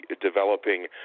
developing